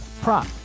prop